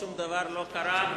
שום דבר לא קרה,